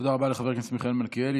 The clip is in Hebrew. תודה רבה לחבר הכנסת מיכאל מלכיאלי.